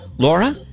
Laura